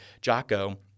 Jocko